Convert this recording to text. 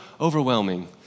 overwhelming